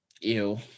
Ew